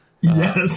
yes